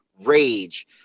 rage –